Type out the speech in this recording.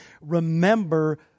remember